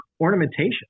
ornamentation